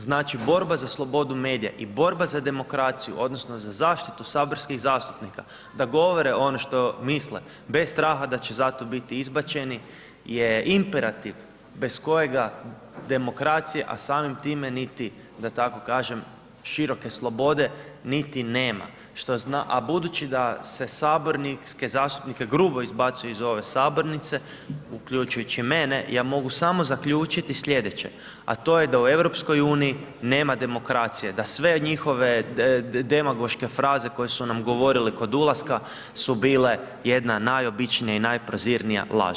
Znači, borba za slobodu medija i borba za demokraciju odnosno za zaštitu saborskih zastupnika da govore ono što misle bez straha da će za to biti izbačeni je imperativ bez kojega demokracija, a samim time niti, da tako kažem, široke slobode, niti nema, a budući da se saborske zastupnike grubo izbacuje iz ove sabornice, uključujući mene, ja mogu samo zaključiti slijedeće, a to je da u EU nema demokracije, da sve njihove demagoške fraze koje su nam govorili kod ulaska su bile jedna najobičnija i najprozirnija laž.